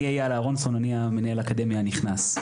אני מנהל האקדמיה הנכנס.